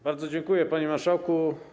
Bardzo dziękuję, panie marszałku.